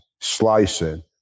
slicing